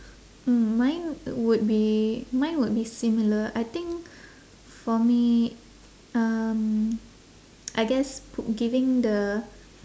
mm mine would be mine would be similar I think for me um I guess p~ giving the